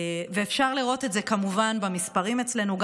ואפשר לראות את זה כמובן במספרים אצלנו,